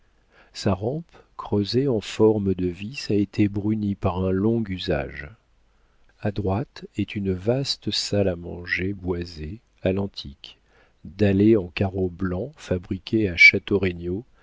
sa rampe creusée en forme de vis a été brunie par un long usage a droite est une vaste salle à manger boisée à l'antique dallée en carreau blanc fabriqué à